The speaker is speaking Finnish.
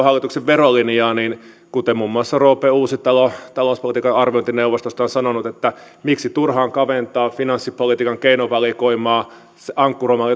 hallituksen verolinjaa että kuten muun muassa roope uusitalo talouspolitiikan arviointineuvostosta on sanonut miksi turhaan kaventaa finanssipolitiikan keinovalikoimaa ankkuroimaan